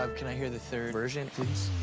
um can i hear the third version please?